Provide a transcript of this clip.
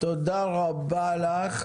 תודה רבה לך.